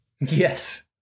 Yes